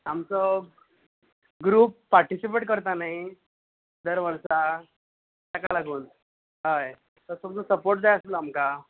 आमचो group participate करतां न्हय दरवर्साक ताका लागून हय सो तुमचो सपोर्ट जाय आसलो आमकां